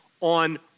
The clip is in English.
on